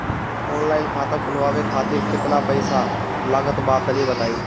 Online खाता खूलवावे खातिर केतना पईसा लागत बा तनि बताईं?